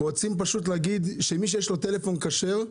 רוצים להגיד שמי שיש לו טלפון כשר,